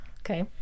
Okay